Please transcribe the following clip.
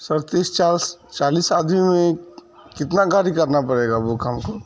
سر تیس چالیس آدمی میں کتنا گاڑی کرنا پڑے گا وہ ہم کو